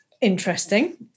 Interesting